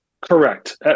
correct